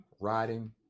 riding